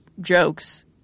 jokes